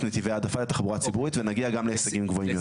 נתיבי העדפה לתחבורה ציבורית ונגיע גם להישגים גבוהים יותר,